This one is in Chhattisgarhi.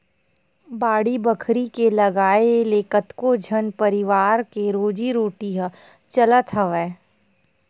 बाड़ी बखरी के लगाए ले कतको झन परवार के रोजी रोटी ह चलत हवय